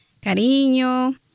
cariño